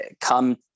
come